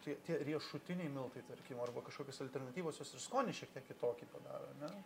tai tie riešutiniai miltai tarkim arba kažkokios alternatyvos jos skonį šiek tiek kitokį padaro ane